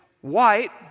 white